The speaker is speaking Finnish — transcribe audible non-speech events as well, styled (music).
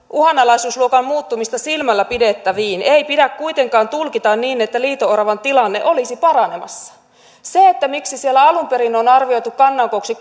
uhanalaisuusluokan muuttumista silmällä pidettäviin ei pidä kuitenkaan tulkita niin että liito oravan tilanne olisi paranemassa sehän miksi siellä alun perin on arvioitu kannan kooksi (unintelligible)